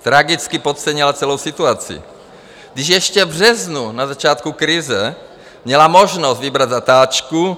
Tragicky podcenila celou situaci, když ještě v březnu, na začátku krize, měla možnost vybrat zatáčku.